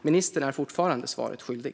Ministern är fortfarande svaret skyldig.